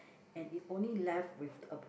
and it only left with